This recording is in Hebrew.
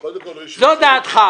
היבוא הופסק.